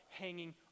hanging